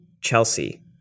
Chelsea